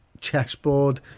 Chessboard